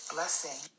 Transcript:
Blessing